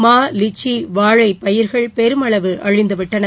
மா லிச்சி வாழை பழங்கள் பெருமளவு அழிந்துவிட்டன